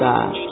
God